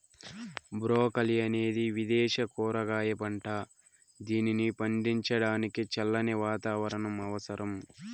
broccoli అనేది విదేశ కూరగాయ పంట, దీనిని పండించడానికి చల్లని వాతావరణం అవసరం